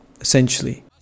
essentially